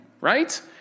right